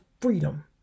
freedom